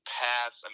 pass